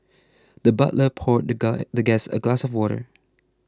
the butler poured the the guest a glass of water